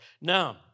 Now